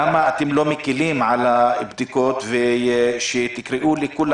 למה אתם לא מקילים על הבדיקות ולא קוראים לכולם,